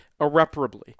irreparably